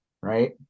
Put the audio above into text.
right